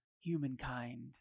humankind